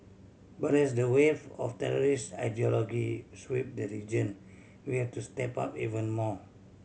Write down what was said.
but as the wave of terrorist ideology sweep the region we have to step up even more